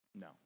No